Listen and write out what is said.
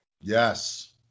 Yes